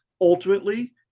ultimately